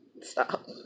Stop